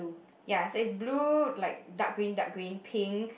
ya so it's blue like dark green dark green pink